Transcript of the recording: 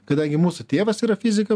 kadangi mūsų tėvas yra fiziką